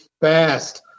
fast